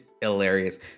hilarious